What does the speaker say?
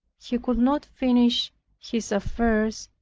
he could not finish his affairs,